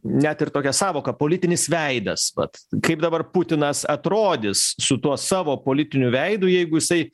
net ir tokia sąvoka politinis veidas vat kaip dabar putinas atrodys su tuo savo politiniu veidu jeigu jisai